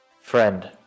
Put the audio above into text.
Friend